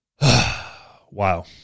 Wow